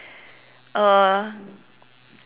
uh